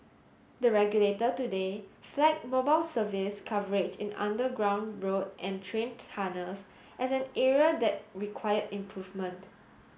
the regulator today flagged mobile service coverage in underground road and train tunnels as an area that required improvement